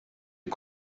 est